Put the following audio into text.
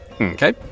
Okay